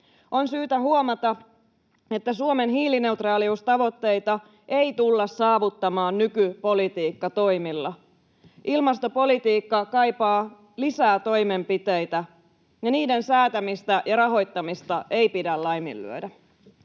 On syytä huomata, että Suomen hiilineutraaliustavoitteita ei tulla saavuttamaan nykypolitiikkatoimilla. Ilmastopolitiikka kaipaa lisää toimenpiteitä, ja niiden säätämistä ja rahoittamista ei pidä laiminlyödä.